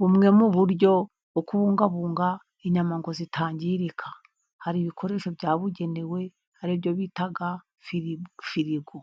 Bumwe mu buryo bwo kubungabunga inyama ngo zitangirika, hari ibikoresho byabugenewe, aribyo bita firigo,